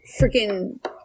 freaking